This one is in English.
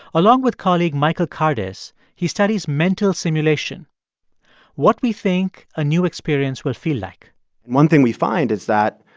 along with colleague michael kardas, he studies mental simulation what we think a new experience will feel like one thing we find is that,